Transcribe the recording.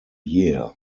year